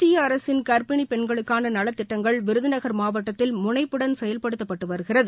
மத்தியஅரசின் கர்ப்பிணிபெண்களுக்கானநலத்திட்டங்கள் விருதுநகர் மாவட்டத்தில் முனைப்புடன் செயல்படுத்தப்பட்டுவருகிறது